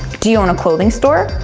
do you own a clothing store?